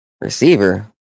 Receiver